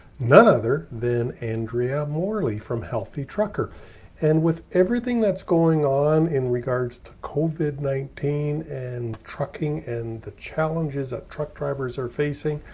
none other than andrea morley from healthy trucker and with everything that's going on in regards to covid nineteen and trucking, and the challenges that truck drivers are facing.